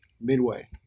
midway